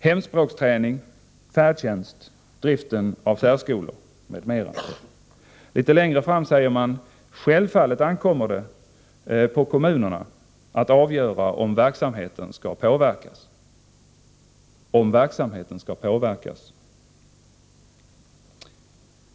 — Hemspråksträning, färdtjänst, driften av särskolor m.m. Litet längre fram säger man: Självfallet ankommer det på kommunerna att avgöra om verksamheten skall påverkas.